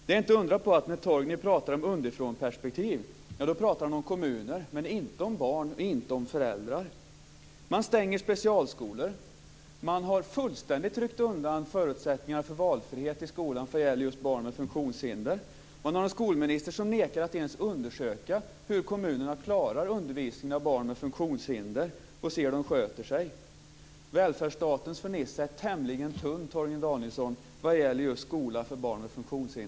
Det är inte att undra på att Torgny, när han pratar om underifrånperspektiv, pratar om kommuner men inte om barn och föräldrar. Man stänger specialskolor. Man har fullständigt ryckt undan förutsättningarna för valfrihet i skolan när det gäller just barn med funktionshinder. Man har en skolminister som nekar att ens undersöka hur kommunerna klarar undervisningen av barn med funktionshinder och se hur de sköter sig. Välfärdsstatens fernissa är tämligen tunn,